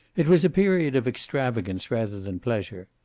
it was a period of extravagance rather than pleasure.